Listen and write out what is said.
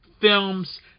films